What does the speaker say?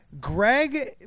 Greg